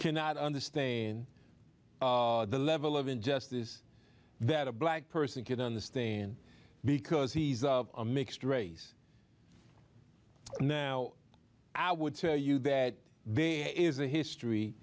cannot understand the level of injustice that a black person could understand because he's of a mixed race now i would say to you that there is a history